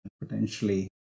potentially